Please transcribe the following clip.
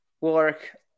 work